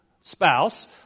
spouse